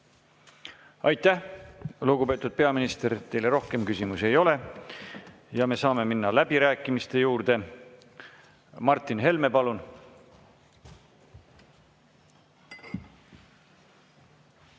Aitäh, lugupeetud peaminister! Teile rohkem küsimusi ei ole. Me saame minna läbirääkimiste juurde. Martin Helme, palun!